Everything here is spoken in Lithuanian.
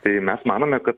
tai mes manome kad